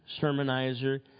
sermonizer